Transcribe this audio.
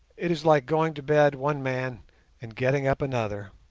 it is like going to bed one man and getting up another.